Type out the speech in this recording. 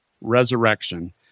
Resurrection